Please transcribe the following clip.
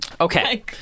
Okay